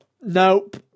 Nope